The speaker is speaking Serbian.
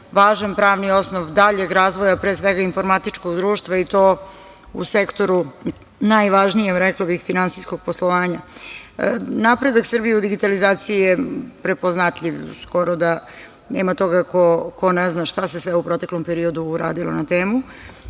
važan pravni osnov daljeg razvoja pre svega informatičkog društva i to u sektoru najvažnijeg, rekla bih, finansijskog poslovanja. Napredak Srbije u digitalizaciji je prepoznatljiv, skoro da nema toga ko ne zna šta se sve u proteklom periodu uradilo na temu.